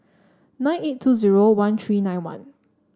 nine eight two zero one three nine one